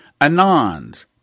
Anons